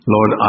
Lord